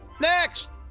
next